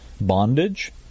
bondage